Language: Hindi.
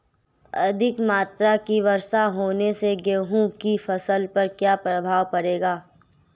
अधिक मात्रा की वर्षा होने से गेहूँ की फसल पर क्या प्रभाव पड़ेगा?